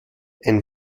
ein